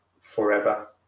forever